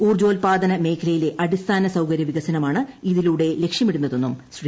ഊർജ്ജോത്പാദന മേഖലയിലെ അടിസ്ഥാന സൌകര്യ വികസനമാണ് ഇതിലൂടെ ലക്ഷ്യമിടുന്നതെന്നും ശ്രീ